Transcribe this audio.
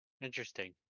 Interesting